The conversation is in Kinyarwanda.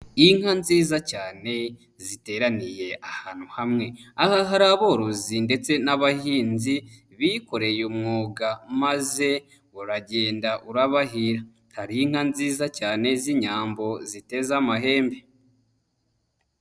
Inka nziza cyane, ziteraniye ahantu hamwe. Aha hari aborozi ndetse n'abahinzi, bikoreye umwuga maze, uragenda urabahira. Hari inka nziza cyane z'inyambo ziteze amahembe.